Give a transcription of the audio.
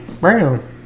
Brown